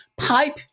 pipe